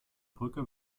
brücke